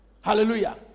Hallelujah